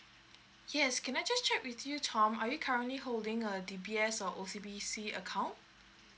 yes can I just check with you tom are you currently holding a D B S or O C B C account